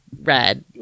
red